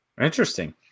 Interesting